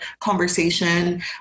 conversation